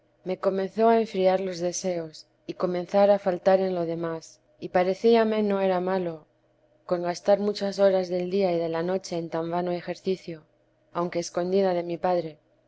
me comenzó a enfriar los deseos y comenzar a faltar en lo demás y parecíame no era malo con gastar muchas horas del día y de la noche en tan vano ejercicio aunque escondida de mi padre